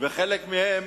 וחלק מהם